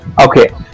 okay